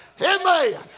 Amen